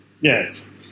Yes